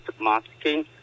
masking